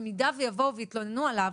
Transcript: במידה שיבואו ויתלוננו עליו